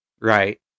Right